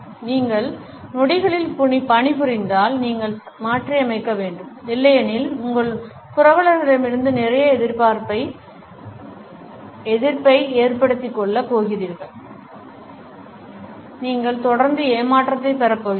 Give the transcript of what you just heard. நீங்கள் நொடிகளில் பணிபுரிந்தால் நீங்கள் மாற்றியமைக்க வேண்டும் இல்லையெனில் உங்கள் புரவலர்களிடமிருந்து நிறைய எதிர்ப்பை ஏற்படுத்திக் கொள்ளப் போகிறீர்கள் நீங்கள் தொடர்ந்து ஏமாற்றத்தைப் பெறப் போகிறீர்கள்